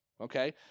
okay